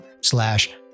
slash